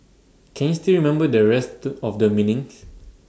can you still remember the rest of the meanings